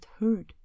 heard